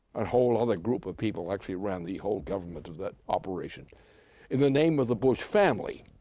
and whole other group of people actually ran the whole government of that operation in the name of the bush family.